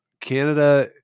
Canada